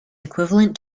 equivalent